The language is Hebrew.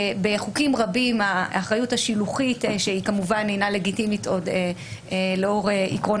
בחוקים רבים האחריות השילוחית שהיא כמובן אינה לגיטימית לאור עיקרון